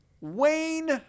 Wayne